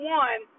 one